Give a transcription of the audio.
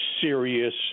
serious